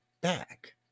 back